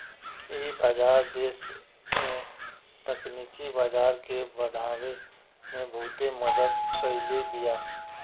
इ बाजार देस में तकनीकी बाजार के बढ़ावे में बहुते मदद कईले बिया